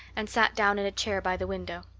and sat down in a chair by the window.